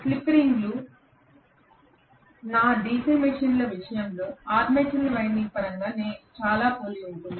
split రింగులు మరియు నా డిసి మెషీన్ విషయంలో ఆర్మేచర్ వైండింగ్ల పరంగా చాలా పోలి ఉంటుంది